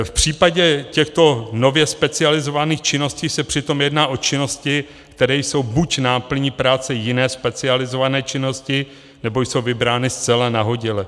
V případě těchto nově specializovaných činností se přitom jedná o činnosti, které jsou buď náplní jiné specializované činnosti, nebo jsou vybrány zcela nahodile.